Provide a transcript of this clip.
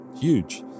huge